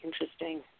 interesting